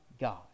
God